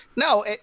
no